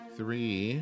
three